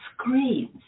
screens